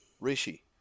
Rishi